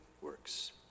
works